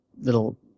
little